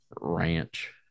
ranch